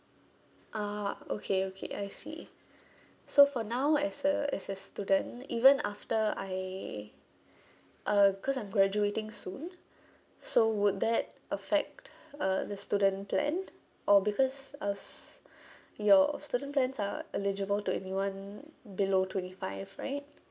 ah okay okay I see so for now as a as a student even after I uh cause I'm graduating soon so would that affect uh the student plan or because as your student plans are eligible to anyone below twenty five right